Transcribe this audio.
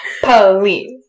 Police